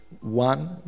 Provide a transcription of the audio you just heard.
one